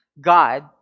God